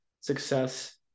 success